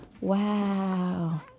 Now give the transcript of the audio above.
wow